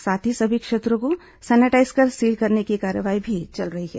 साथ ही सभी क्षेत्रों को सैनेटाईज कर सील करने की कार्रवाई भी चल रही है